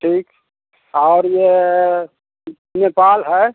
ठीक और ये नेपाल है